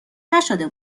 نشده